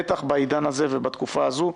בטח בעידן הזה ובתקופה הזו.